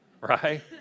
Right